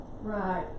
Right